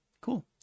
Cool